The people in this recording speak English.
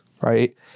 right